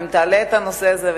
אם תעלה את הנושא הזה,